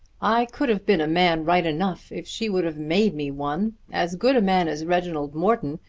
i could have been a man right enough if she would have made me one as good a man as reginald morton,